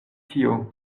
tio